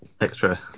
extra